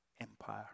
empire